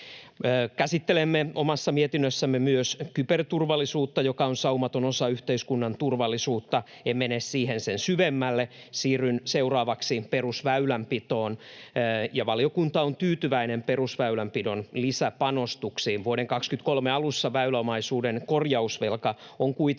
Käsittelemme omassa mietinnössämme myös kyberturvallisuutta, joka on saumaton osa yhteiskunnan turvallisuutta. En mene siihen sen syvemmälle. Siirryn seuraavaksi perusväylänpitoon. Valiokunta on tyytyväinen perusväylänpidon lisäpanostuksiin. Vuoden 23 alussa väyläomaisuuden korjausvelka on kuitenkin